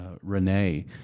Renee